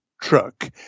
truck